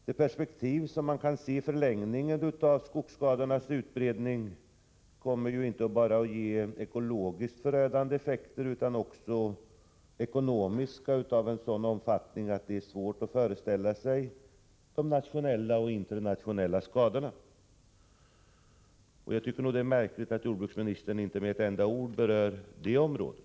Det perspektiv som man kan se i förlängningen av skogsskadornas utbredning visar att det inte bara kommer att bli ekologiskt förödande effekter utan också ekonomiska konsekvenser av en sådan omfattning att det är svårt att föreställa sig de nationella och internationella skadorna. Jag tycker nog att det är märkligt att jordbruksministern inte med ett enda ord berör detta område.